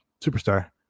Superstar